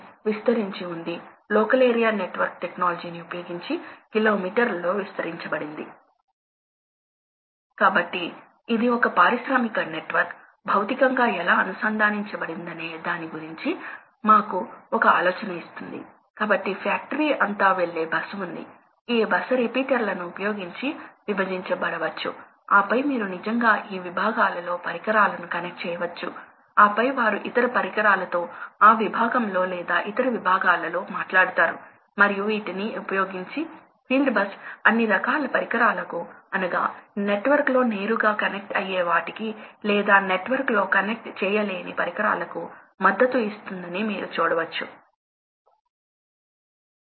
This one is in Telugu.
ఇది మూడవ పద్ధతి మరియు ఇది చాలా ఎనర్జీ ని ఆదా చేసే పద్ధతి వేరియబుల్ స్పీడ్ ఫ్యాన్ కంట్రోల్ కాబట్టి మీరు ఎటువంటి డాంపర్ ఉంచలేదు కానీ తక్కువ ప్రవాహం అవసరం అయినప్పుడు మీరు ఫ్యాన్ వేగాన్ని తగ్గించండి మరియు కానీ దాని కోసం మీకు మోటారు యొక్క వేరియబుల్ స్పీడ్ డ్రైవ్ అవసరం మరియు చాలా అధునాతన సాంకేతిక పరిజ్ఞానం అవసరం ప్రత్యేకించి డాంపర్ లేదా వాల్వ్స్ తో పోలిస్తే మోటారు పెద్దది అయినప్పుడు మీకు అవసరం